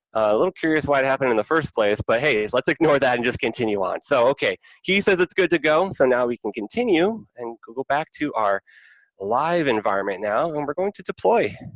a little curious why it happened in the first place, but, hey, let's ignore that and just continue on. so, okay, he says it's good to go, and so now we can continue and go go back to our live environment now, and we're going to deploy.